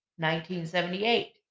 1978